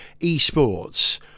esports